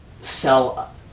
sell